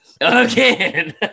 Again